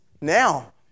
now